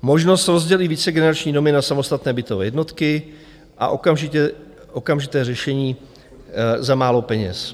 Možnost rozdělit vícegenerační domy na samostatné bytové jednotky a okamžité řešení za málo peněz.